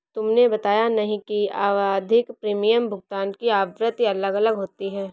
तुमने बताया नहीं कि आवधिक प्रीमियम भुगतान की आवृत्ति अलग अलग होती है